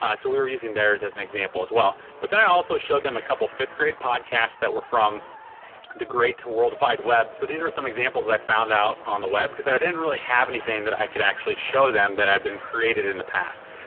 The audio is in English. so we were using theirs as an example as well. but then i also showed them a couple fifth-grade podcasts that were from the great world wide web. so these are some examples that i found out on the web because i didn't really have anything that i could actually show them that i'd been created in the past.